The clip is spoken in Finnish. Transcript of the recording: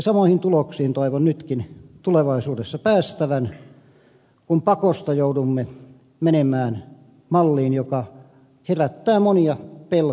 samoihin tuloksiin toivon nytkin tulevaisuudessa päästävän kun pakosta joudumme menemään malliin joka herättää monia pelkoja